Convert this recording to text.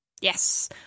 Yes